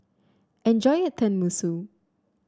enjoy your Tenmusu